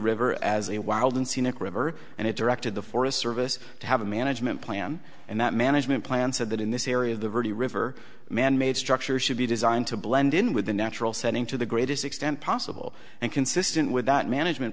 river as a wild and scenic river and it directed the forest service to have a management plan and that management plan said that in this area the really river manmade structures should be designed to blend in with the natural setting to the greatest extent possible and consistent with that management